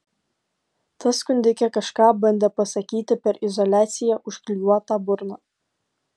ta skundikė kažką bandė pasakyti per izoliacija užklijuotą burną